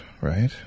right